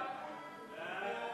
ההצעה